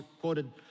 quoted